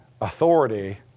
authority